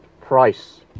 price